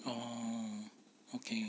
oh okay